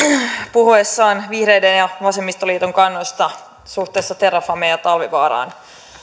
puhuessaan vihreiden ja vasemmistoliiton kannasta suhteessa terrafameen ja talvivaaraan